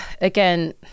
again